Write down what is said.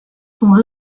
sont